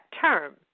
term